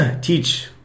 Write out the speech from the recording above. teach